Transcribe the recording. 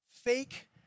Fake